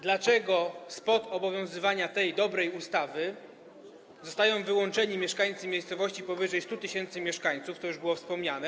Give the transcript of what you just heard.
Dlaczego spod obowiązywania tej dobrej ustawy zostają wyłączeni mieszkańcy miejscowości powyżej 100 tys. mieszkańców, to już było wspomniane.